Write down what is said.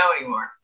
anymore